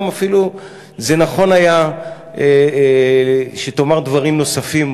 גם אפילו נכון היה שתאמר דברים נוספים